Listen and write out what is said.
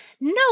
no